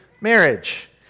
marriage